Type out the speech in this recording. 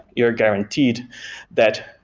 you're guaranteed that,